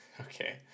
Okay